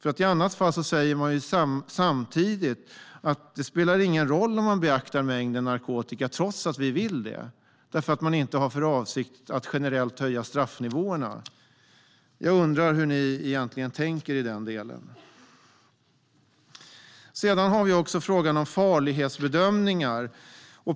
I annat fall säger man ju samtidigt att det inte spelar någon roll om man beaktar mängden narkotika, trots att vi vill det, eftersom man inte har för avsikt att generellt höja straffnivåerna. Jag undrar hur ni egentligen tänker i den delen. Vi har också frågan om farlighetsbedömningar.